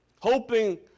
hoping